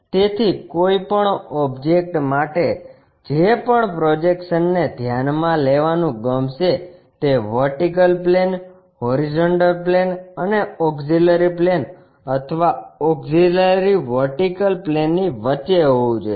તેથી કોઈપણ ઓબ્જેક્ટ માટે જે પણ પ્રોજેક્શનને ધ્યાનમાં લેવાનું ગમશે તે વર્ટિકલ પ્લેન હોરીઝોન્ટલ પ્લેન અને ઓક્ષીલરી પ્લેન અથવા ઓક્ષીલરી વર્ટિકલ પ્લેન ની વચ્ચે હોવું જોઈએ